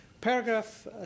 paragraph